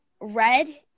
red